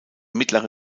mittlere